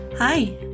Hi